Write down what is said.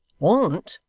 want!